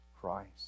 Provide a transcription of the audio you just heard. Christ